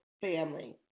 family